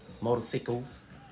motorcycles